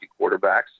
quarterbacks